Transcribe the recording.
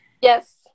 Yes